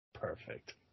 Perfect